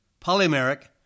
polymeric